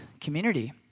community